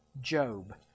Job